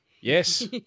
Yes